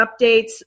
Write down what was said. updates